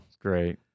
great